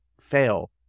Fail